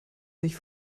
sich